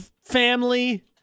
family